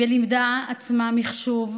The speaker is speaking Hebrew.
ולימדה את עצמה מחשוב,